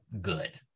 good